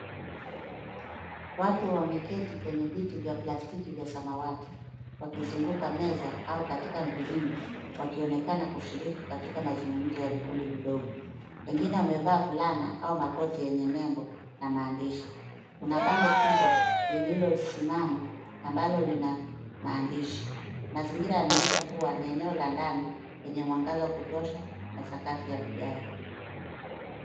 Watu wameketi kwenye viti vya plastiki vya samawati wakizunguka meza au katika mviringo wakionekana kushiriki katika mazungumzo ya vikundi vidogo. Wengine wamevaa fulana au makoti yenye nembo na maandishi. Kuna bango kubwa lililosimama ambalo lina maandishi. Mazingira yanaonyesha kuwa ni eneo la ndani lenye mwangaza ya kutosha na sakafu ya vigae.